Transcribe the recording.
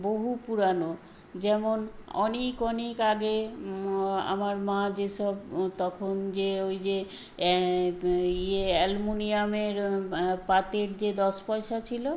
বহু পুরানো যেমন অনেক অনেক আগে আমার মা যেসব তখন যে ওই যে ওই ইয়ে অ্যালমোনিয়ামের পাতের যে দশ পয়সা ছিলো